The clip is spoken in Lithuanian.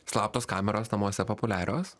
slaptos kameros namuose populiarios